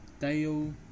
dale